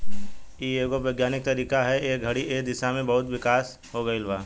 इ एगो वैज्ञानिक तरीका ह ए घड़ी ए दिशा में बहुते विकास हो गईल बा